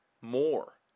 more